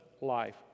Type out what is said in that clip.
life